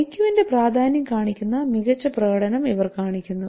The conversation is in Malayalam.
ഐക്യു വിന്റെ പ്രാധാന്യം കാണിക്കുന്ന മികച്ച പ്രകടനം ഇവർ കാണിക്കുന്നു